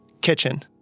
kitchen